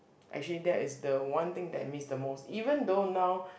actually that is the one thing that I miss the most even though now